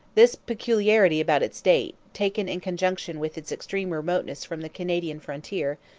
this peculiarity about its date, taken in conjunction with its extreme remoteness from the canadian frontier,